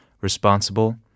Responsible